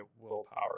willpower